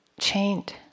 chained